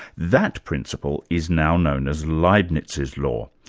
that principle is now known as leibnitz's law,